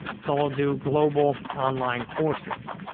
so we'll do global online courses.